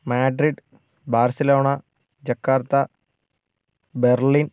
Madrid Barcelona Jakarta Berlin